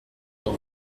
dans